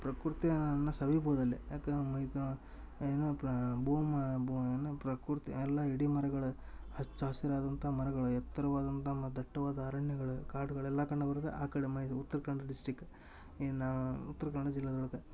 ಪ್ರಕೃತಿಯನ್ನ ಸವಿಬೋದು ಅಲ್ಲಿ ಯಾಕೆ ಈಗ ಏನ ಬೂ ಮಾ ಬೂ ಏನ ಪ್ರಕೃತಿ ಎಲ್ಲ ಇಡೀ ಮರಗಳ ಹಚ್ಚ ಹಸಿರಾದಂಥ ಮರಗಳ ಎತ್ತರವಾದಂಥ ಮತ್ತೆ ದಟ್ಟವಾದ ಅರಣ್ಯಗಳ ಕಾಡುಗಳೆಲ್ಲ ಕಂಡುಬರುದ ಆ ಕಡೆ ಮಯ್ ಉತ್ರಕನ್ನಡ ಡಿಸ್ಟ್ರಿಕ್ ಏನು ಉತ್ರ ಕನ್ನಡ ಜಿಲ್ಲಾದೊಳಗ